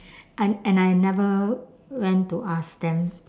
and and I never went to ask them